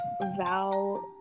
vow